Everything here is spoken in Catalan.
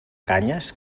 canyes